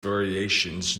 variations